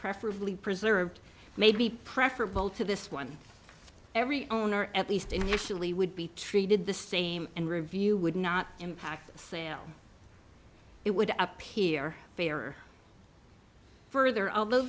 preferably preserved may be preferable to this one every owner at least initially would be treated the same and review would not impact the sale it would appear fair or further although